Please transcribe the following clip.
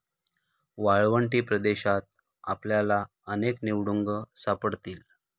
वाळवंटी प्रदेशात आपल्याला अनेक निवडुंग सापडतील